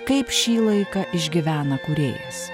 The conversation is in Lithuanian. kaip šį laiką išgyvena kūrėjas